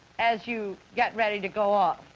as you get ready to go off?